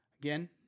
Again